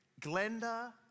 Glenda